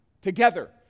Together